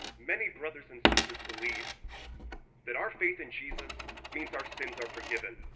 many brothers and sisters believe that our faith in jesus means our sins are forgiven,